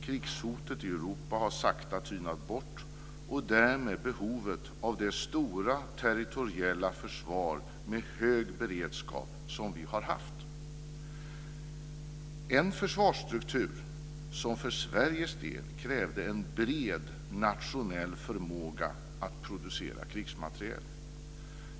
Krigshotet i Europa har sakta tynat bort och därmed behovet av det stora territoriella försvar med hög beredskap som vi har haft, en försvarsstruktur som för Sveriges del krävde en bred nationell förmåga att producera krigsmateriel.